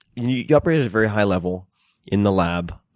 you operate at a very high level in the lab,